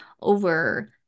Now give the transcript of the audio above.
over